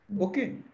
Okay